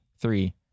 three